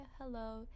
hello